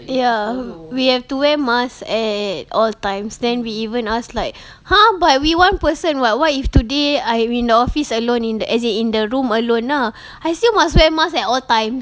ya we have to wear mask at all times then we even ask like !huh! but we one person [what] what if today I'm in the office alone in the as in in the room alone lah I still must wear mask at all times